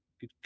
good